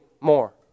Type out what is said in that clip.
more